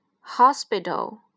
Hospital